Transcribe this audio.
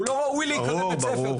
הוא לא ראוי להיקרא בית ספר.